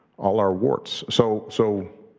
all our warts. so so,